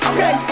Okay